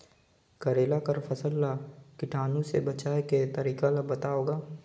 करेला कर फसल ल कीटाणु से बचाय के तरीका ला बताव ग?